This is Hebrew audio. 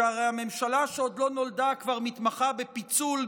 שהרי הממשלה שעוד לא נולדה כבר מתמחה בפיצול,